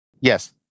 Yes